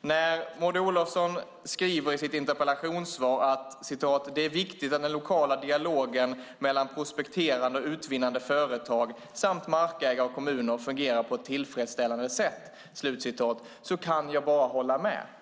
När Maud Olofsson skriver i sitt interpellationssvar att "det är viktigt att den lokala dialogen mellan prospekterande och utvinnande företag samt markägare och kommuner fungerar på ett tillfredsställande sätt" kan jag bara hålla med.